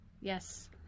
Yes